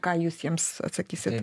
ką jūs jiems atsakysit